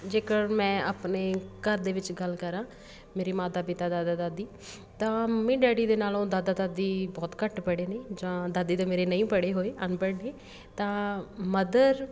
ਜੇਕਰ ਮੈਂ ਆਪਣੇ ਘਰ ਦੇ ਵਿੱਚ ਗੱਲ ਕਰਾਂ ਮੇਰੇ ਮਾਤਾ ਪਿਤਾ ਦਾਦਾ ਦਾਦੀ ਤਾਂ ਮੰਮੀ ਡੈਡੀ ਦੇ ਨਾਲੋਂ ਦਾਦਾ ਦਾਦੀ ਬਹੁਤ ਘੱਟ ਪੜ੍ਹੇ ਨੇ ਜਾਂ ਦਾਦੀ ਤਾਂ ਮੇਰੇ ਨਹੀਂ ਪੜ੍ਹੇ ਹੋਏ ਅਨਪੜ੍ਹ ਨੇ ਤਾਂ ਮਦਰ